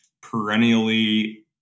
perennially